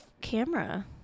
camera